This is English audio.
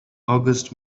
august